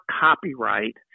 copyright